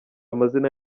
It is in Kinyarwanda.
amazina